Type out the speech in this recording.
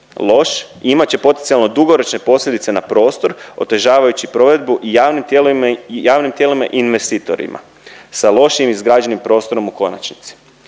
loš i imat će potencijalno dugoročne posljedice na prostor otežavajući provedbu i javnim tijelima i investitorima sa lošije izgrađenim prostorom u konačnici.